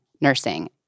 nursing